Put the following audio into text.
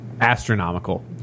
astronomical